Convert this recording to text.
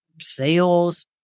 sales